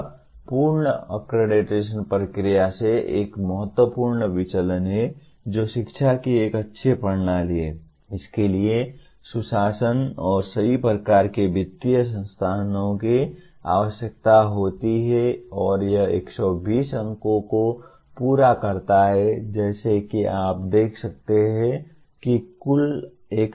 यह पूर्व अक्रेडिटेशन प्रक्रिया से एक महत्वपूर्ण विचलन है जो शिक्षा की एक अच्छी प्रणाली है इसके लिए सुशासन और सही प्रकार के वित्तीय संसाधनों की आवश्यकता होती है और यह 120 अंक को पूरा करता है जैसा कि आप देख सकते हैं कि कुल 1000 अंक हैं